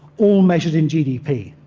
all measured in gdp.